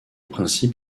principe